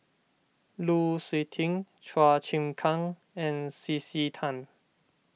Lu Suitin Chua Chim Kang and C C Tan